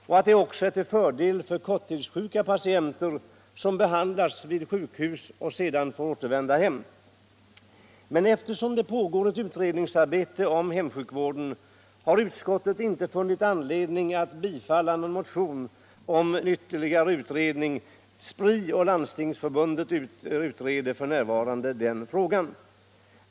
Den är också till fördel för korttidssjuka patienter, som behandlas vid sjukhus och sedan får återvända hem. Men eftersom det pågår utredningsarbete om hemsjukvården har utskottet inte funnit anledning att tillstyrka bifall till motionen om vtterligare utredning. Spri och Landstingsförbundet utreder f. n. den frågan.